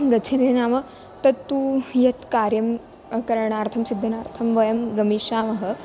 गच्छति नाम तत्तु यत् कार्यं करणार्थं सिद्धतार्थं वयं गमिष्यामः